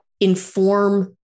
inform